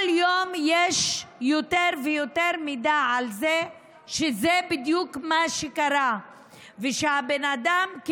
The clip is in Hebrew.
כל יום יש יותר ויותר מידע על זה שזה בדיוק מה שקרה והבן אדם,